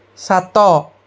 ସାତ